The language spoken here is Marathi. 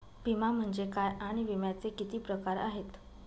विमा म्हणजे काय आणि विम्याचे किती प्रकार आहेत?